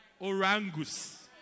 orangus